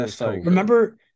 Remember